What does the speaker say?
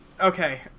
Okay